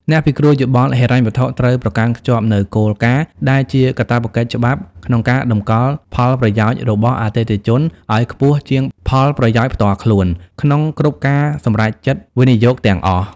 អ្នកពិគ្រោះយោបល់ហិរញ្ញវត្ថុត្រូវប្រកាន់ខ្ជាប់នូវគោលការណ៍ ដែលជាកាតព្វកិច្ចច្បាប់ក្នុងការតម្កល់ផលប្រយោជន៍របស់អតិថិជនឱ្យខ្ពស់ជាងផលប្រយោជន៍ផ្ទាល់ខ្លួនក្នុងគ្រប់ការសម្រេចចិត្តវិនិយោគទាំងអស់។